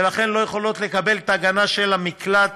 ולכן לא יכולות לקבל את ההגנה של המקלט,